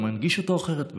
אתה מנגיש אותו אחרת.